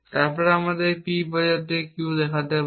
তারপর আমরা p বোঝাতে q দেখাতে পারি